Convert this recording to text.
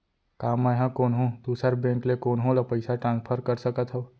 का मै हा कोनहो दुसर बैंक ले कोनहो ला पईसा ट्रांसफर कर सकत हव?